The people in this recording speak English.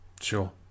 Sure